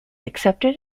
accepted